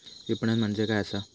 विपणन म्हणजे काय असा?